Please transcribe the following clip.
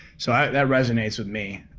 so that resonates with me,